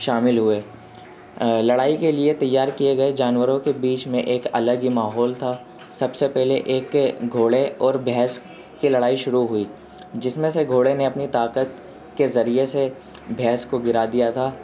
شامل ہویے لڑائی کے لیے تیار کیے گیے جانوروں کے بیچ میں ایک الگ ہی ماحول تھا سب سے پہلے ایک گھوڑے اور بھینس کی لڑائی شروع ہوئی جس میں سے گھوڑے نے اپنی طاقت کے ذریعے سے بھینس کو گرا دیا تھا